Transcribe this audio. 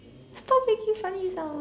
stop making funny sounds